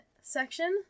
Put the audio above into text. section